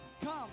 Come